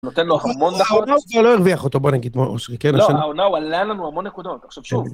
‫נותן לו המון דקות. ‫-הוא לא הרוויח אותו בוא נגיד מועסקי. ‫לא, העונה הוא עליה לנו המון נקודות. ‫עכשיו, שוב.